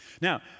Now